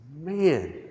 man